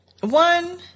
one